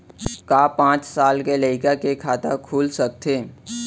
का पाँच साल के लइका के खाता खुल सकथे?